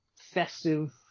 festive